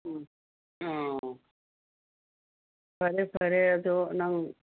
ꯎꯝ ꯑꯣ ꯐꯔꯦ ꯐꯔꯦ ꯑꯗꯣ ꯅꯪ